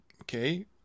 okay